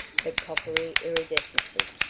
the coppery iridescences,